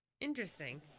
Interesting